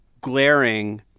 glaring